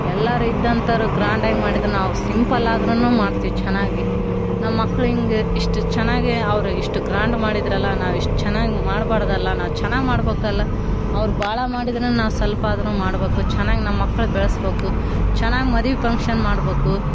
ಎಲ್ಲರು ಇದ್ದಂಥೊರು ಗ್ರ್ಯಾಂಡ್ ಆಗಿ ಮಾಡಿದ್ದು ನಾವು ಸಿಂಪಲ್ ಆದ್ರೂ ಮಾಡ್ತೀವಿ ಚೆನ್ನಾಗಿ ನಮ್ಮ ಮಕ್ಳು ಹಿಂಗೆ ಇಷ್ಟು ಚೆನ್ನಾಗಿ ಅವ್ರು ಇಷ್ಟು ಗ್ರ್ಯಾಂಡ್ ಮಾಡಿದ್ರಲ್ಲ ನಾವು ಇಷ್ಟು ಚೆನ್ನಾಗಿ ಮಾಡ್ಬಾರ್ದಲ್ಲ ನಾವು ಚೆನ್ನಾಗಿ ಮಾಡ್ಬೇಕಲ್ಲ ಅವ್ರು ಭಾಳ ಮಾಡಿದ್ರೆ ನಾವು ಸ್ವಲ್ಪ ಆದರು ಮಾಡ್ಬೇಕು ಚೆನ್ನಾಗಿ ನಮ್ಮ ಮಕ್ಳ ಬೆಳೆಸ್ಬೇಕು ಚೆನ್ನಾಗಿ ಮದುವೆ ಪಂಕ್ಷನ್ ಮಾಡ್ಬೇಕು